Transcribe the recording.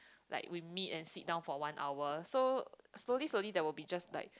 like we meet and sit down for one hour so slowly slowly they will be just like